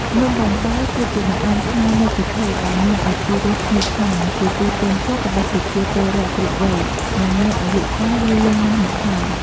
នំបាញ់បែវ គឺជាបង្អែមខ្មែរមួយប្រភេទដែលមានឱជារសឈ្ងុយឆ្ងាញ់ ជាទីពេញចិត្តរបស់ប្រជាពលរដ្ឋគ្រប់វ័យ និងមានអាយុកាលយូរលង់ណាស់មកហើយ។